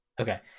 Okay